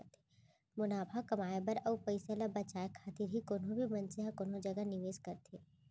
मुनाफा कमाए बर अउ पइसा ल बचाए खातिर ही कोनो भी मनसे ह कोनो जगा निवेस करथे